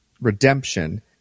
redemption